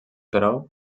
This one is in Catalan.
però